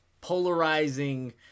polarizing